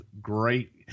great